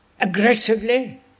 aggressively